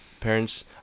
parents